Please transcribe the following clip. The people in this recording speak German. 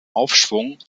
aufschwung